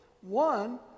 one